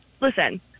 Listen